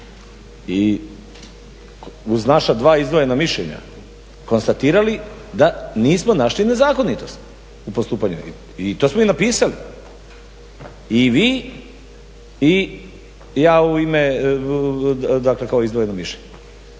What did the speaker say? i uz naša dva izdvojena mišljenja konstatirali da nismo našli nezakonitosti u postupanju. I to smo i napisali i vi i ja u ime, dakle kao izdvojeno mišljenje.